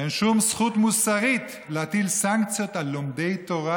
אין שום זכות מוסרית להטיל סנקציות על לומדי תורה,